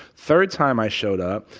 third time i showed up,